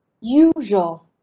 Usual